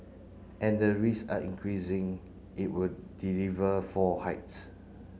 and the risk are increasing it will deliver four hikes